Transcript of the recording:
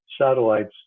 satellites